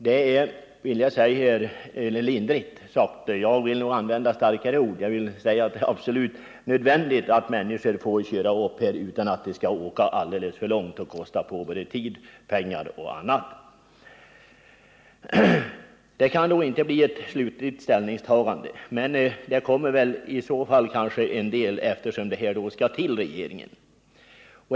Det är att uttrycka sig lindrigt, och jag vill använda starkare ord och säga att det är absolut nödvändigt att människor får köra upp utan att behöva åka alldeles för långt och förbruka såväl tid och pengar som annat. Det kan nog inte bli ett slutligt ställningstagande, men det blir väl kanske något resultat eftersom frågan har aktualiserats hos regeringen.